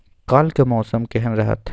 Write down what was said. काल के मौसम केहन रहत?